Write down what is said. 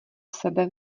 sebe